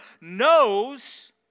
knows